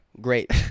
Great